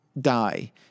die